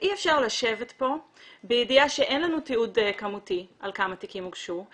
אי אפשר לשבת פה בידיעה שאין לנו תיעוד כמותי על כמה תיקים הוגשו,